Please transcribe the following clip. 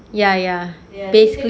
ya ya basically